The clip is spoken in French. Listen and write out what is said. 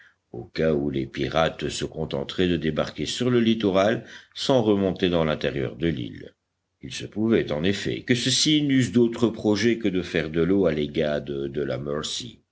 au cas où les pirates se contenteraient de débarquer sur le littoral sans remonter dans l'intérieur de l'île il se pouvait en effet que ceux-ci n'eussent d'autre projet que de faire de l'eau à l'aiguade de la mercy